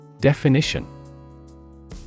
Definition